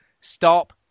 Stop